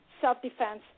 self-defense